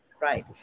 Right